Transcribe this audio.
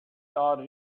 our